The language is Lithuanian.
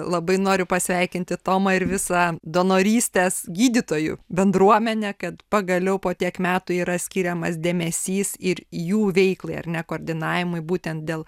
labai noriu pasveikinti tomą ir visą donorystės gydytojų bendruomenę kad pagaliau po tiek metų yra skiriamas dėmesys ir jų veiklai ar ne koordinavimui būtent dėl